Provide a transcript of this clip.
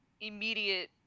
immediate